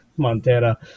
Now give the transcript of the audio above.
Montana